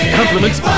compliments